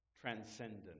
Transcendent